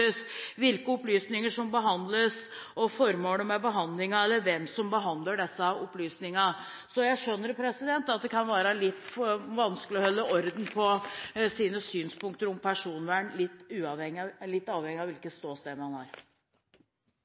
hvilke opplysninger som behandles, og formålet med behandlingen, eller hvem som behandler disse opplysningene. Så jeg skjønner at det kan være litt vanskelig å holde orden på sine synspunkter om personvern litt avhengig av hvilket ståsted man har.